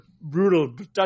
brutal